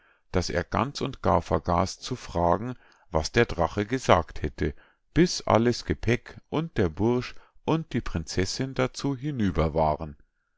daß er ganz und gar vergaß zu fragen was der drache gesagt hätte bis alles gepäck und der bursch und die prinzessinn dazu hinüber waren